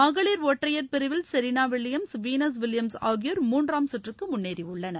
மகளிர் ஒற்றையர் பிரிவில் செரினா வில்லியம்ஸ் வீனஸ் வில்லியம்ஸ் ஆகியோர் மூன்றாம் கற்றுக்கு முன்னேறியுள்ளனர்